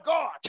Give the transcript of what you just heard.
God